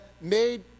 made